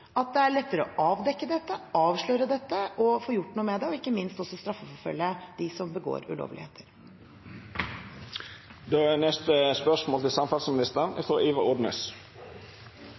at det er lettere å avdekke dette, avsløre dette og få gjort noe med det, og ikke minst også straffeforfølge dem som begår ulovligheter.